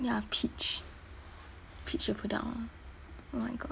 ya pitch pitch the product orh oh my god